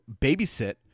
babysit